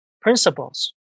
principles